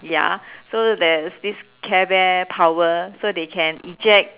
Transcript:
ya so there's this care bear power so they can eject